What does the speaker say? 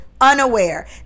unaware